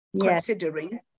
considering